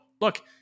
look